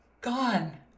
gone